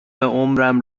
عمرم